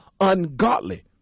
ungodly